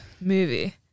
movie